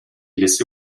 laissé